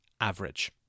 average